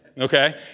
Okay